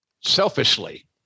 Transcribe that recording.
selfishly